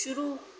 शुरू